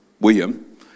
William